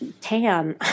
tan